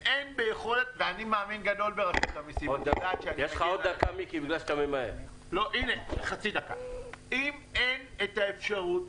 ואני מאמין גדול ברשות המסים: אם אין את האפשרות,